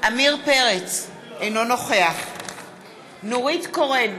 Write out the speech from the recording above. עמיר פרץ, אינו נוכח נורית קורן,